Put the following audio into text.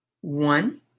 one